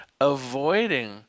avoiding